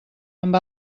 amb